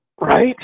Right